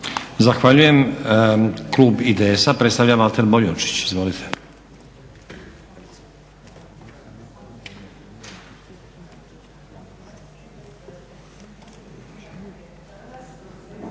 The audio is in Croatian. Zahvaljujem. Klub IDS-a predstavlja Valter Boljunčić. Izvolite.